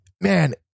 Man